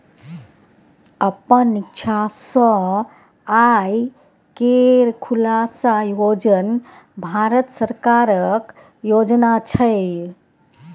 अपन इक्षा सँ आय केर खुलासा योजन भारत सरकारक योजना छै